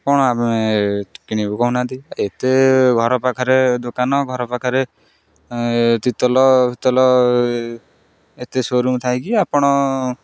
କ'ଣ ଆମେ କିଣିବୁ କହୁନାହାନ୍ତି ଏତେ ଘର ପାଖରେ ଦୋକାନ ଘର ପାଖରେ ତିର୍ତୋଲ ଫିର୍ତୋଲ ଏତେ ସୋରୁମ୍ ଥାଇକି ଆପଣ